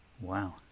Wow